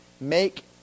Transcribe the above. make